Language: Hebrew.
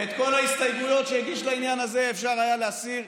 ואת כל ההסתייגויות שהוא הגיש לעניין הזה אפשר היה להסיר.